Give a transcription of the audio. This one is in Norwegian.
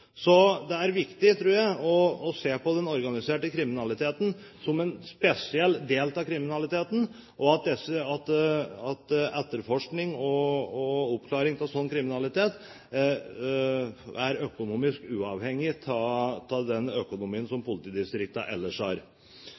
se på den organiserte kriminaliteten som en spesiell del av kriminaliteten, og at etterforskning og oppklaring av en slik kriminalitet er økonomisk uavhengig av den økonomien som politidistriktene ellers har.